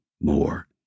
more